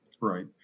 Right